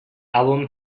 album